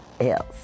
else